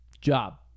job